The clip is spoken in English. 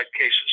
cases